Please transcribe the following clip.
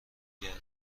گردم